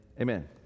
amen